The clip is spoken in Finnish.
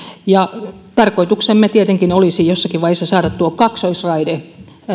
ja tarkoituksemme tietenkin olisi jossakin vaiheessa saada tuo kaksoisraide